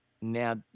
now